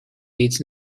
needs